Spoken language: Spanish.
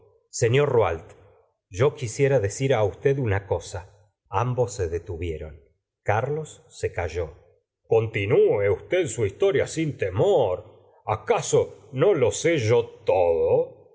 señor rouault yo quisiera decir usted una cosa ambos se detuvieron carlos se calló continúe usted su historia sin temor acaso no lo sé yo todo